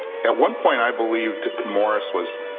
at one point, i believe, morris was